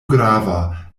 grava